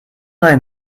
neue